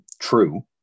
true